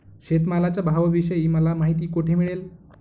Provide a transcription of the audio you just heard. शेतमालाच्या भावाविषयी मला माहिती कोठे मिळेल?